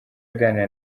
aganira